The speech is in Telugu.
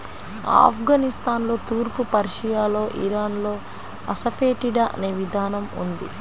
ఆఫ్ఘనిస్తాన్లో, తూర్పు పర్షియాలో, ఇరాన్లో అసఫెటిడా అనే విధానం ఉంది